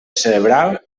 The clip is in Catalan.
cerebral